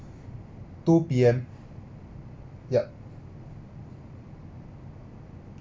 two P_M yup